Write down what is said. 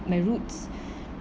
my roots